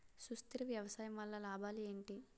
సుస్థిర వ్యవసాయం వల్ల లాభాలు ఏంటి?